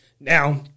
Now